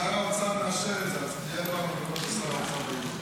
שר האוצר מאשר את זה, אז מגיע כל הכבוד לשר האוצר.